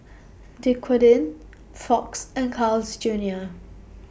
Dequadin Fox and Carl's Junior